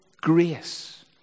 grace